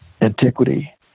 antiquity